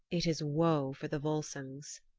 it is woe for the volsungs.